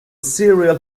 cereal